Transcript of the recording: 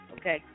okay